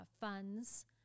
funds